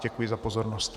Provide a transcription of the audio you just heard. Děkuji za pozornost.